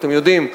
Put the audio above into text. אתם יודעים,